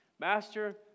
master